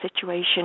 situation